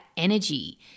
Energy